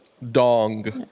Dong